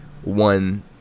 one